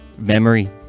memory